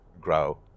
grow